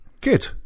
Good